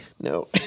No